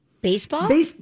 Baseball